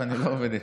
אני לא עובד אצלך,